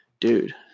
Dude